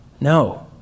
No